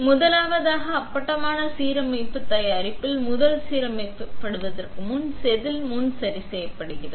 முதலாவதாக அப்பட்டமான சீரமைப்புக்கு தயாரிப்பில் முன் சீரமைக்கப்படுவதற்கு முன் செதில் முன் சரிசெய்யப்படுகிறது